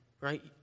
right